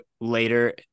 later